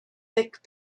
thick